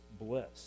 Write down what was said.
bliss